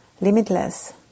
limitless